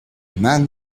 man